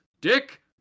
dick